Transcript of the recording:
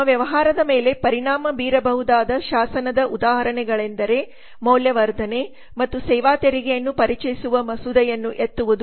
ನಮ್ಮ ವ್ಯವಹಾರದ ಮೇಲೆ ಪರಿಣಾಮ ಬೀರಬಹುದಾದ ಶಾಸನದ ಉದಾಹರಣೆಗಳೆಂದರೆ ಮೌಲ್ಯವರ್ಧನೆ ಮತ್ತು ಸೇವಾ ತೆರಿಗೆಯನ್ನು ಪರಿಚಯಿಸುವ ಮಸೂದೆಯನ್ನು ಎತ್ತುವುದು ಮತ್ತು ಅಂಗೀಕರಿಸುವುದು